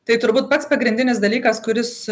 tai turbūt pats pagrindinis dalykas kuris